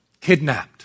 kidnapped